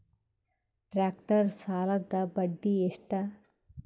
Tractor ಸಾಲದ್ದ ಬಡ್ಡಿ ಎಷ್ಟ?